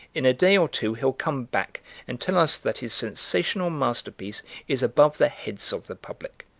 in a day or two he'll come back and tell us that his sensational masterpiece is above the heads of the public,